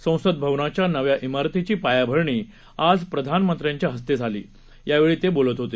संसद भवनाच्या नव्या श्वारतीची पायाभरणी आज प्रधानमंत्र्यांच्या हस्ते झाली त्यावेळी ते बोलत होते